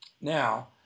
now